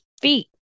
feet